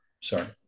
Sorry